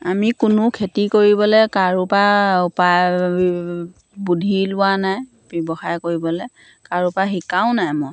আমি কোনো খেতি কৰিবলৈ কাৰো পৰা উপায় বুদ্ধি লোৱা নাই ব্যৱসায় কৰিবলৈ কাৰো পৰা শিকাও নাই মই